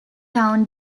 town